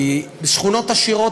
כי בשכונות עשירות,